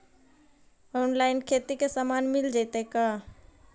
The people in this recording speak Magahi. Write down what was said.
औनलाइन खेती के सामान मिल जैतै का?